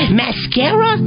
mascara